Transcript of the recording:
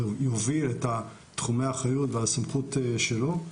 יוביל את תחומי האחריות והסמכות שלו.